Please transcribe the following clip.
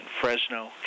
Fresno